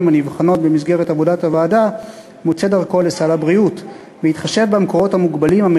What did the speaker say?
הנבחנות במסגרת עבודת הוועדה מוצא דרכו לסל הבריאות